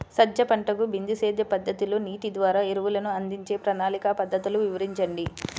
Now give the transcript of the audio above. సజ్జ పంటకు బిందు సేద్య పద్ధతిలో నీటి ద్వారా ఎరువులను అందించే ప్రణాళిక పద్ధతులు వివరించండి?